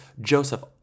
Joseph